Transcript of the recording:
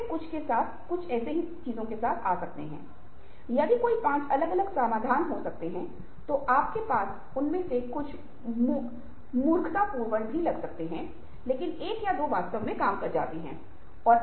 इसलिए ऐसी सभी चीजें जो अन्य पार्टियों की दिलचस्पी और अपेक्षाएं हैं अगर हम पहले से ही डालते हैं अगर हम पहले से सोचते हैं तो हम स्थिति को संभालने के लिए बेहतर स्थिति में होंगे